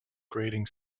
grading